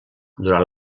durant